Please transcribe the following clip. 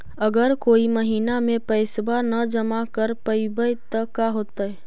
अगर कोई महिना मे पैसबा न जमा कर पईबै त का होतै?